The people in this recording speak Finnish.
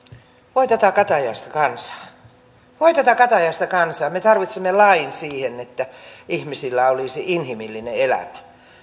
voi tätä katajaista kansaa voi tätä katajaista kansaa me tarvitsemme lain siihen että ihmisillä olisi inhimillinen elämä